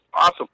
Awesome